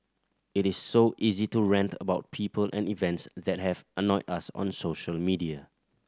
it is so easy to rant about people and events that have annoyed us on social media